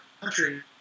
country